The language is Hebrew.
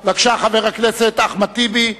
בבקשה, חבר הכנסת אחמד טיבי.